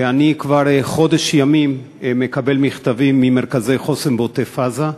ואני כבר חודש ימים מקבל מכתבים ממרכזי חוסן בעוטף-עזה.